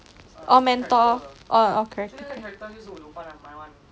orh mentor orh character